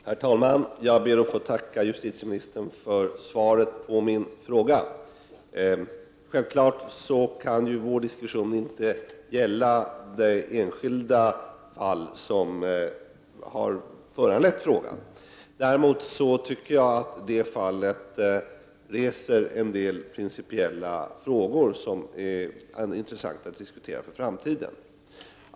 Herr talman! Jag ber att få tacka justitieministern för svaret på min fråga. Självfallet kan vår diskussion inte gälla det enskilda fall som har föranlett frågan. Däremot tycker jag att det fallet reser en del principiella frågor som är intressanta att diskutera för framtiden.